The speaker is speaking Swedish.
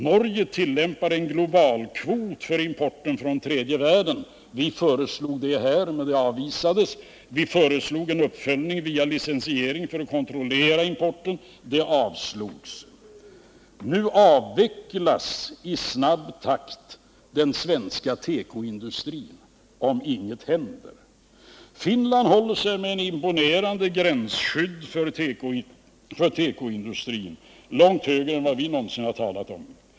Norge tillämpar en global kvot för importen från tredje världen. Vi föreslog det här, men det förslaget avvisades. Vi föreslog en uppföljning via licensiering för att kontrollera importen — det förslaget avslogs. Nu avvecklas i snabb takt den svenska tekoindustrin om ingenting händer. Finland håller sig med ett imponerande gränsskydd för tekoindustrin, långt högre än vad vi någonsin har talat om.